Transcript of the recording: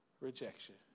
rejection